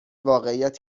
واقعیت